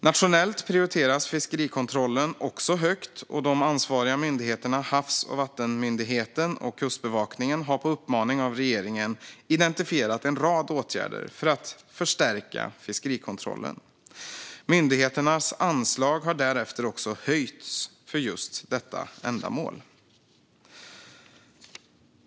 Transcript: Nationellt prioriteras fiskerikontrollen också högt, och de ansvariga myndigheterna Havs och vattenmyndigheten och Kustbevakningen har på uppmaning av regeringen identifierat en rad åtgärder för att förstärka fiskerikontrollen. Myndigheternas anslag har därefter också höjts för just detta ändamål.